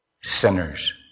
sinners